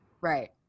Right